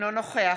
אינו נוכח